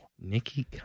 Nikki